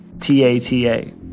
T-A-T-A